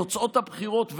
את תוצאות הבחירות,